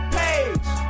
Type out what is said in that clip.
page